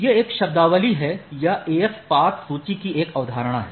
यह एक शब्दावली है या AS पाथ सूची की एक अवधारणा है